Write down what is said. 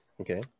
Okay